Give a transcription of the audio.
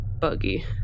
buggy